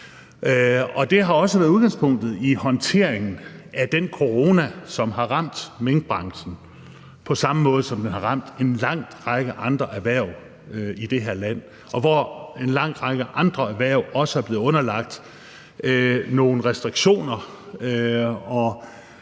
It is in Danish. Det har også været udgangspunktet i håndteringen af den corona, som har ramt minkbranchen på samme måde, som den har ramt en lang række andre erhverv i det her land, hvor en lang række andre erhverv også er blevet underlagt nogle restriktioner og